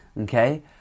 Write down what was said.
Okay